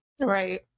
Right